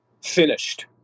finished